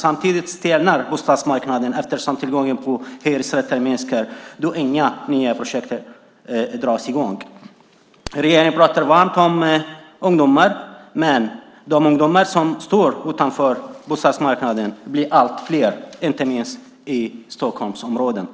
Samtidigt stelnar bostadsmarknaden eftersom tillgången på hyresrätter minskar då inga nya projekt dras i gång. Regeringen pratar varmt om ungdomar, men de ungdomar som står utanför bostadsmarknaden blir allt fler, inte minst i Stockholmsområdet.